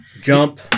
Jump